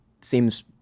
seems